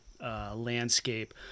landscape